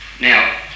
Now